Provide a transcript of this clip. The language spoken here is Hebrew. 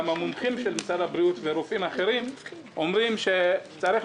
גם המומחים של משרד הבריאות ורופאים אחרים אומרים שצריך